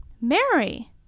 Mary